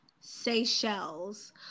Seychelles